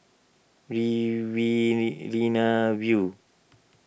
Riverina View